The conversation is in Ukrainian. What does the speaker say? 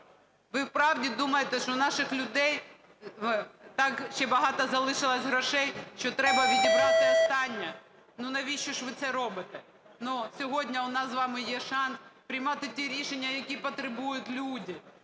Ви справді думаєте, що в наших людей так ще багато залишилося грошей, що треба відібрати останнє? Ну, навіщо ж ви це робите? Ну, сьогодні в нас з вами є шанс приймати ті рішення, які потребують люди.